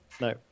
No